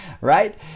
right